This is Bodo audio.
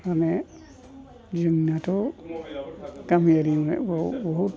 माने जोंनाथ' गामियारिआव बहुद